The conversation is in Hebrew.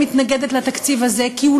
האופוזיציה מתנגדת לתקציב הזה כי הוא